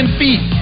feet